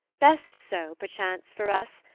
best so, perchance, for us,